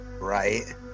Right